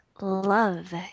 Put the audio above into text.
love